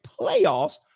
Playoffs